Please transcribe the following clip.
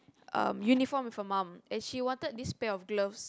um uniform with her mum and she wanted this pair of gloves